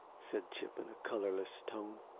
said chip, in a colorless tone.